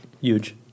Huge